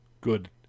good